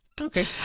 Okay